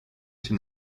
się